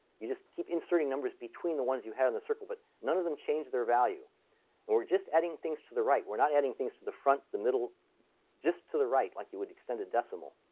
you just keep inserting numbers between the ones you had in the circle. but none of them changed their value. and we're just adding things to the right. we're not adding things to the front, the middle just to the right, like you would extend a decimal.